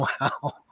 Wow